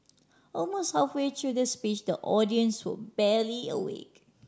almost halfway through the speech the audience were barely awake